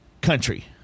country